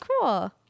cool